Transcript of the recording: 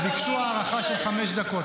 הם ביקשו הארכה של חמש דקות.